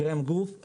קרם גוף,